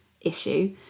issue